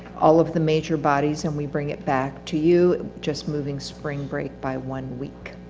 all of the major bodies and we bring it back to you, just moving spring break by one week.